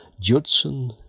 Judson